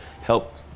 help